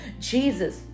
Jesus